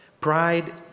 Pride